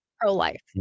pro-life